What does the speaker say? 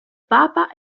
papa